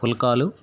ఫుల్కాలు